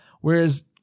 Whereas